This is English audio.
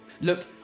Look